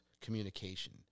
communication